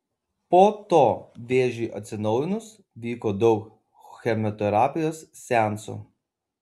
po to vėžiui atsinaujinus vyko daug chemoterapijos seansų